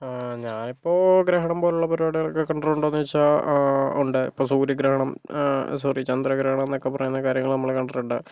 ഞാനിപ്പോൾ ഗ്രഹണം പോലുള്ള പരിപാടികളൊക്കെ കണ്ടിട്ടുണ്ടോ എന്ന് ചോദിച്ചാൽ ഉണ്ട് ഇപ്പോൾ സൂര്യഗ്രഹണം സോറി ചന്ദ്രഗ്രഹണംന്നൊക്കെ പറയുന്ന കാര്യങ്ങൾ നമ്മൾ കണ്ടിട്ടുണ്ട്